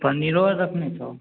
पनीरो आर रखने छहो